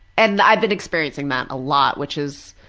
and i've been experiencing that a lot which is